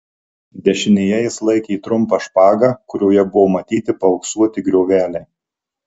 dešinėje jis laikė trumpą špagą kurioje buvo matyti paauksuoti grioveliai